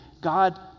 God